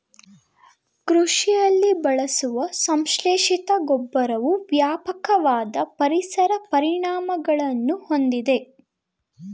ಕೃಷಿಯಲ್ಲಿ ಬಳಸುವ ಸಂಶ್ಲೇಷಿತ ರಸಗೊಬ್ಬರವು ವ್ಯಾಪಕವಾದ ಪರಿಸರ ಪರಿಣಾಮಗಳನ್ನು ಹೊಂದಿದೆ